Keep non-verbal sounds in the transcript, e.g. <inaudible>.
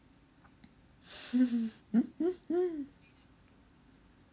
<laughs>